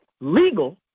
legal